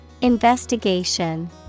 Investigation